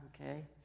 okay